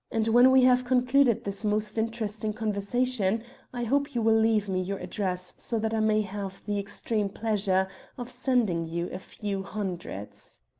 and when we have concluded this most interesting conversation i hope you will leave me your address, so that i may have the extreme pleasure of sending you a few hundreds.